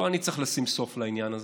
לא אני צריך לשים סוף לעניין הזה.